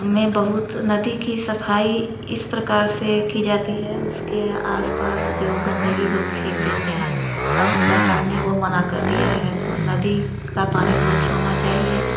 में बहुत नदी की सफाई इस प्रकार से की जाती है उसके आस पास जो गंदगी लोग फेंक देते हैं अब सरकार ने वो मना कर दिया है नदी का पानी स्वच्छ होना चाहिए